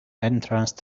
entrance